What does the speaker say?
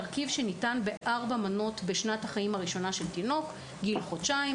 תרכיב שניתן בארבע מנות בשנת החיים הראשונה של התינוק גיל חודשיים,